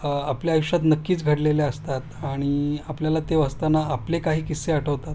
आपल्या आयुष्यात नक्कीच घडलेल्या असतात आणि आपल्याला ते वाचताना आपले काही किस्से आठवतात